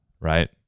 right